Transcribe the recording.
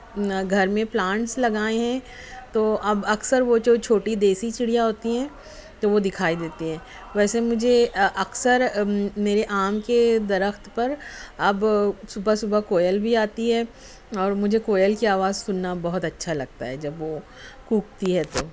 گھر میں پلانٹس لگائے ہیں تو اب اکثر وہ جو چھوٹی دیسی چڑیا ہوتی ہیں تو وہ دکھائی دیتی ہیں ویسے مجھے اکثر میرے آم کے درخت پر اب صبح صبح کوئل بھی آتی ہے اور مجھے کوئل کی آواز سننا بہت اچھا لگتا ہے جب وہ کوکتی ہے تو